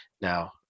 Now